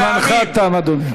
זמנך תם, אדוני.